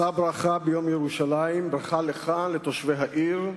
שא ברכה ביום ירושלים, ברכה לך, לתושבי העיר,